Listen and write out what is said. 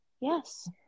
Yes